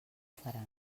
faran